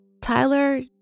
Tyler